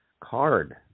card